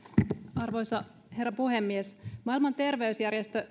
arvoisa herra puhemies maailman terveysjärjestö